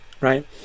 right